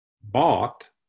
bought